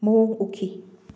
ꯃꯑꯣꯡ ꯎꯈꯤ